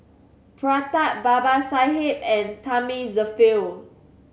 Pratap Babasaheb and Thamizhavel